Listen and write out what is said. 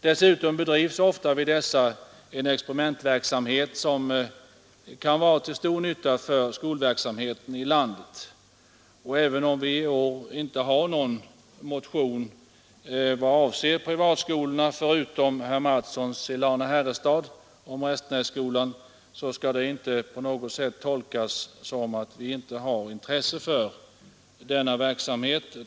Dessutom bedrivs ofta vid dessa en experimentverksamhet som kan vara till stor nytta för skolverksamheten i landet. Även om vi i år inte har någon motion i vad avser privatskolorna, förutom herr Mattssons i Lane-Herrestad om Restenässkolan, skall det inte på något sätt tolkas som att vi inte har intresse för denna verksamhet.